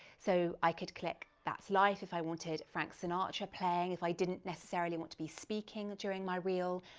so i could click that's life if i wanted frank sinatra playing if i didn't necessarily want to be speaking during my reel.